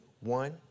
One